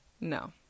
no